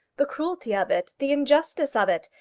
the cruelty of it, the injustice of it,